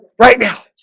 right now